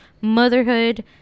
motherhood